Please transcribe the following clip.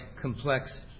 complex